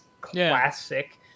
classic